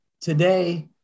today